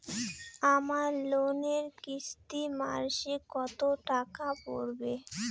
আমার লোনের কিস্তি মাসিক কত টাকা পড়বে?